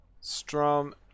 Strum